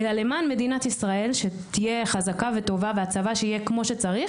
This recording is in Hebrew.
אלא למען מדינת ישראל שתהיה חזקה וטובה והצבא שיהיה כמו שצריך.